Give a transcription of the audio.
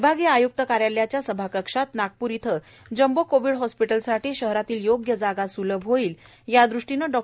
विभागीय आयुक्त कार्यालयाच्या सभाकक्षात नागपूर येथे जम्बो कोविड हॉस्पिटलसाठी शहरातील योग्य जागा सुलभ होईल यादृष्टीने डॉ